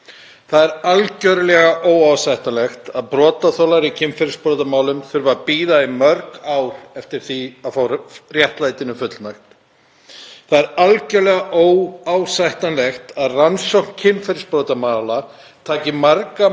Það er algerlega óásættanlegt að rannsókn kynferðisbrotamála taki marga mánuði eða ár, oft án þess að nokkuð gerist mánuðum saman. Það er algerlega óásættanlegt